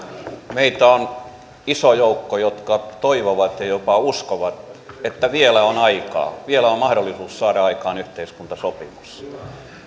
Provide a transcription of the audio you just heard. meitä on iso joukko jotka toivovat ja jopa uskovat että vielä on aikaa vielä on mahdollisuus saada aikaan yhteiskuntasopimus